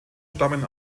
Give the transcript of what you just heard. stammen